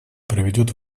проведет